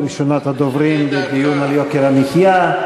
ראשונת הדוברים בדיון על יוקר המחיה.